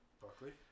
Buckley